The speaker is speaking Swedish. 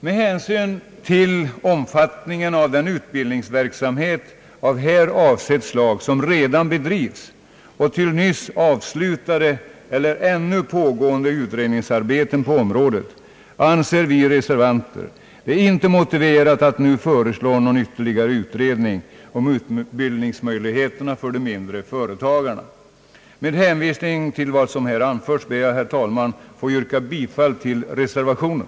Med hänsyn till omfattningen av den utbildningsverksamhet av här avsett slag, som redan bedrivs, och till nyss avslutade eller ännu pågående utredningsarbeten på området anser vi reservanter det inte motiverat att nu föreslå ytterligare en utredning om utbildningsmöjligheterna för de mindre företagarna. Med hänvisning till vad som här anförts, ber jag, herr talman, att få yrka bifall till reservationen.